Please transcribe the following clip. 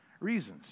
reasons